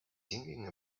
thinking